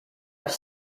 have